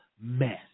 mess